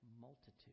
multitude